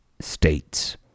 states